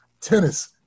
tennis